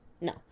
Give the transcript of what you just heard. No